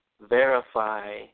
verify